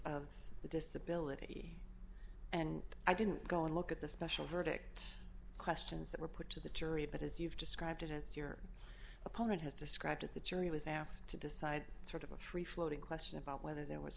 of the disability and i didn't go and look at the special verdict questions that were put to the jury but as you've described it as your opponent has described it the jury was asked to decide sort of a free floating question about whether there was